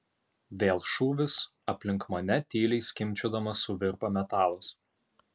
vėl šūvis aplink mane tyliai skimbčiodamas suvirpa metalas